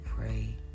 pray